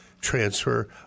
transfer